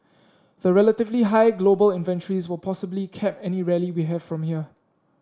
the relatively high global inventories will possibly cap any rally we have from here